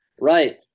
Right